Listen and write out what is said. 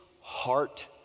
heart